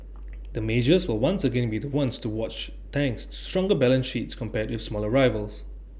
the majors will once again be the ones to watch thanks to stronger balance sheets compared with smaller rivals